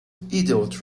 idiot